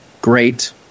great